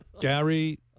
Gary